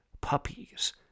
puppies